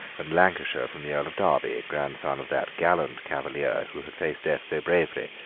and lancashire from the earl of derby, grandson of that gallant cavalier who had faced death so bravely,